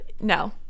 no